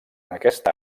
aquesta